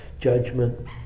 judgment